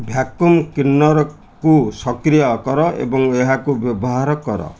vacuum କ୍ଲିନର୍କୁ ସକ୍ରିୟ କର ଏବଂ ଏହାକୁ ବ୍ୟବହାର କର